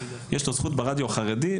יש לו זכות ברדיו החרדי,